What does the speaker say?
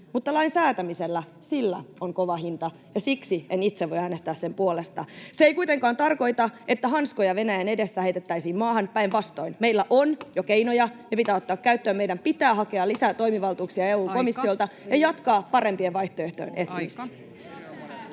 mutta lain säätämisellä, sillä on kova hinta, ja siksi en itse voi äänestää sen puolesta. Se ei kuitenkaan tarkoita, että hanskoja Venäjän edessä heitettäisiin maahan, päinvastoin. Meillä on jo keinoja. [Perussuomalaisten ryhmästä: Mitä ne ovat?] Ne pitää ottaa käyttöön. Meidän pitää hakea lisää toimivaltuuksia EU-komissiolta [Puhemies: Aika!] ja jatkaa parempien vaihtoehtojen etsimistä.